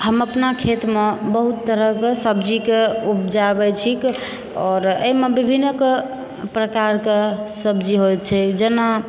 हम अपना खेतमे बहुत तरहकेँ सब्जीके उपजाबै छिक आओर एहिमे विभिन्नक प्रकार कऽ सब्जी होएत छै जेना